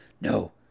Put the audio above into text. No